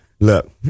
look